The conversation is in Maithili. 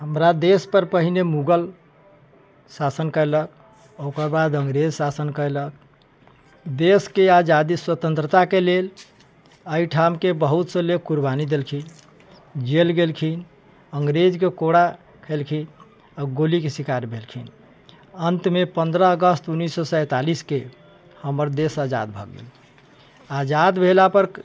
हमरा देश पर पहिने मुग़ल शासन कयलक ओकर बाद अंग्रेज शासन कयलक देश के आजादी स्वतंत्रता के लेल एहिठाम के बहुत से लोक कुर्बानी देलखिन जेल गेलखिन अंग्रेज के कोड़ा खेलखिन आ गोली के शिकार भेलखिन अंत मे पन्द्रह अगस्त उन्नीस सए सैंतालिस के हमर देश आजाद भऽ गेल आजाद भेलापर